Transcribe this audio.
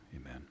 Amen